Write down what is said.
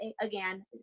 again